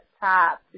top